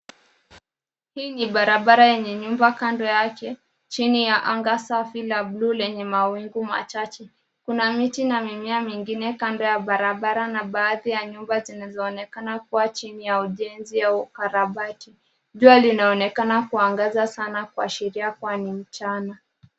Hii ni barabara yenye nyumba kando yake, chini ya anga safi la bluu lenye mawingu machache. Kuna miti na mimea mingine kando ya barabara na baadhi ya nyumba zinawezaonekana kuwa chini ya ujenzi au ukarabati . Jua linaonekana kuangaza sana kuashiria kuwa ni mchana.